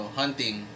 hunting